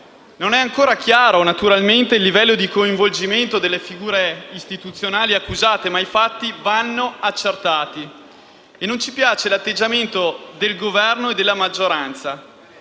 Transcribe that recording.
Non è ancora chiaro, naturalmente, il livello di coinvolgimento delle figure istituzionali accusate, ma i fatti vanno accertati. E non ci piace l'atteggiamento del Governo e della maggioranza: